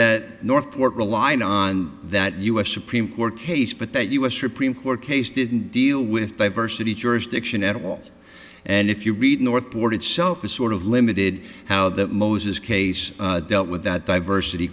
that north port relied on that u s supreme court case but that u s supreme court case didn't deal with diversity jurisdiction at all and if you read north board itself is sort of limited how that moses case dealt with that diversity